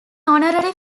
honorary